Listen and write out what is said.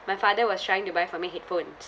my father was trying to buy for me headphones